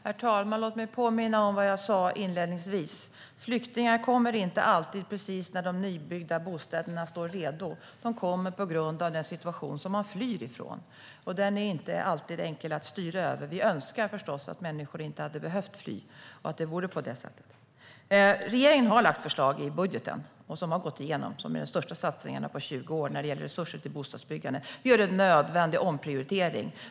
Herr talman! Låt mig påminna om vad jag sa inledningsvis: Flyktingar kommer inte alltid precis när de nybyggda bostäderna står redo. De kommer på grund av den situation de flyr från, och den är inte alltid enkel att styra över. Vi önskar förstås att det vore på det sättet att människor inte hade behövt fly. Regeringen har lagt fram förslag i den budget som har gått igenom: de största satsningarna på 20 år när det gäller resurser till bostadsbyggande. Vi gör en nödvändig omprioritering.